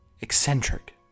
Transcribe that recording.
eccentric